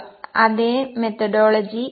അതേ മെതഡോളോജി 1